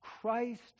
Christ